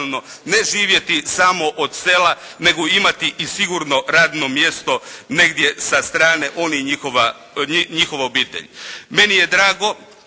ne živjeti samo od sela, nego imati i sigurno radno mjesto negdje sa strane, on i njihova obitelj.